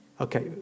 Okay